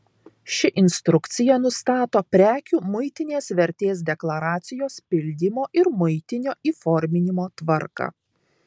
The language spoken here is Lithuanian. ši instrukcija nustato prekių muitinės vertės deklaracijos pildymo ir muitinio įforminimo tvarką